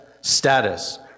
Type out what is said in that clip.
status